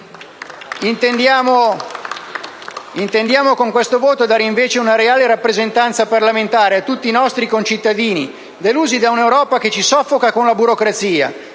Intendiamo con questo voto dare invece una reale rappresentanza parlamentare a tutti i nostri concittadini, delusi da un'Europa che ci soffoca con la burocrazia,